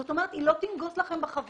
זאת אומרת היא לא תנגוס לכן בחבילה.